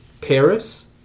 Paris